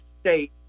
state